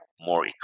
more